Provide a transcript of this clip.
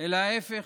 אלא ההפך.